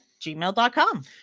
gmail.com